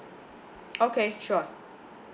okay sure